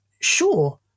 sure